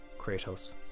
Kratos